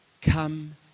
Come